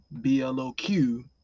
B-L-O-Q